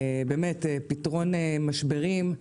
פתרון משברים,